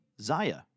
Zaya